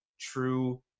true